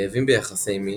כאבים ביחסי מין,